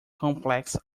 complex